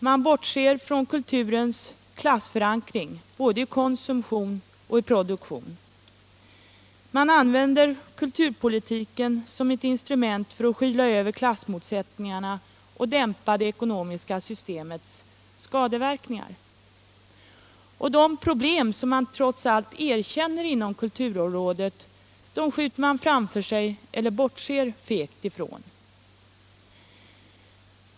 Man bortser från kulturens klassförankring både i konsumtion och i produktion. Man använder kulturpolitiken som ett instrument för att skyla över klassmotsättningarna och dämpa det ekonomiska systemets skadeverkningar. De problem som man trots allt erkänner inom kulturområdet skjuter man framför sig eller bortser fegt ifrån.